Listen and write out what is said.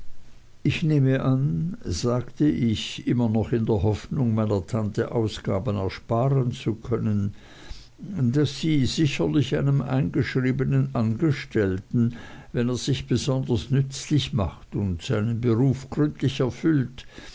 ich nehme an sagte ich immer noch in der hoffnung meiner tante ausgaben ersparen zu können daß sie sicherlich einem eingeschriebenen angestellten wenn er sich besonders nützlich macht und seinen beruf gründlich erfüllt